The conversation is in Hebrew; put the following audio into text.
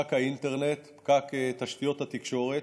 פקק האינטרנט, פקק תשתיות התקשורת.